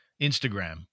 Instagram